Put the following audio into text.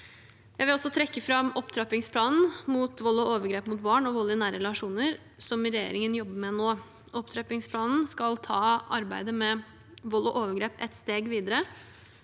Jeg vil også trekke fram opptrappingsplanen mot vold og overgrep mot barn og vold i nære relasjoner, som regjeringen jobber med nå. Opptrappingsplanen skal ta arbeidet med vold og overgrep et steg videre,